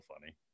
funny